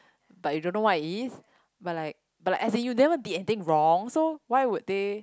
but you don't know what it is but like but like as in you never did anything wrong so why would they